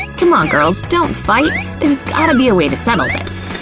c'mon girls, don't fight! there's gotta be a way to settle this.